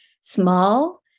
small